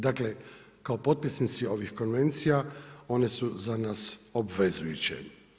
Dakle, kao potpisnici ovih konvencija one su za nas obvezujuće.